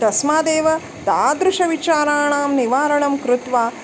तस्मादेव तादृशविचाराणां निवारणं कृत्वा